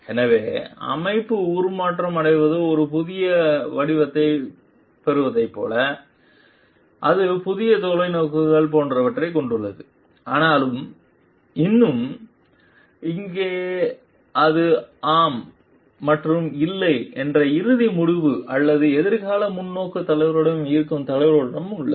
எனவே அமைப்பு உருமாற்றம் அடைந்து ஒரு புதிய வடிவத்தைப் பெறுவதைப் போல அது புதிய தொலைநோக்கு etcetera ஆனால் இன்னும் இங்கே அது ஆமாம் மற்றும் இல்லை என்ற இறுதி முடிவு அல்லது எதிர்கால முன்னோக்கு தலைவருடன் இருக்கும் தலைவருடன் உள்ளது